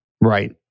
right